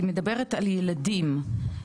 היא מדברת על ילדים,